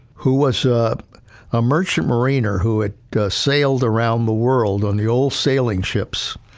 who was a merchant mariner, who had sailed around the world on the old sailing ships,